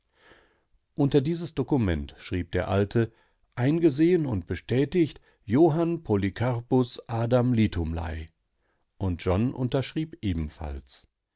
unter dieses dokument schrieb der alte eingesehen und bestätigt johann polykarpus adam litumlei und john unterschrieb ebenfalls